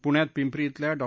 पुण्यात पिंपरी इथल्या डॉ